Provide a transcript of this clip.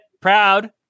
proud